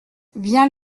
viens